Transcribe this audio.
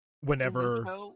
whenever